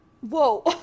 Whoa